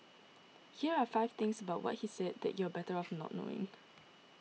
here are five things about what he said that you're better off not knowing